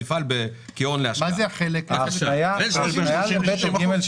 למה אחרי הדיון?